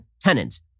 tenants